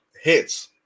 hits